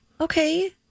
okay